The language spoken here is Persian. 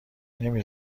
نمی